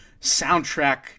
soundtrack